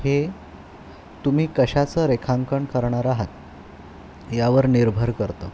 हे तुम्ही कशाचं रेखांकन करणार आहात यावर निर्भर करतं